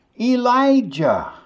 Elijah